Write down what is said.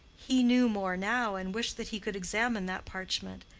he knew more now and wished that he could examine that parchment.